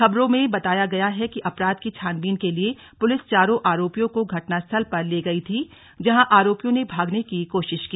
खबरों में बताया गया है कि अपराध की छानबीन के लिए पुलिस चारों आरोपियों को घटनास्थल पर ले गई थी जहां आरोपियों ने भागने की कोशिश की